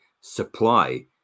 supply